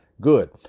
good